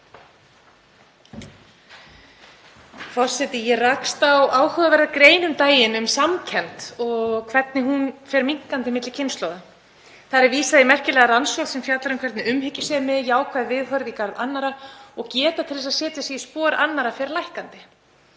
Forseti. Ég rakst á áhugaverða grein um daginn um samkennd og hvernig hún fer minnkandi milli kynslóða. Þar er vísað í merkilega rannsókn sem fjallar um hvernig umhyggjusemi, jákvæð viðhorf í garð annarra og geta til að setja sig í spor annarra fer minnkandi.